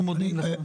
אנחנו מודים לך.